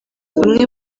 bamwe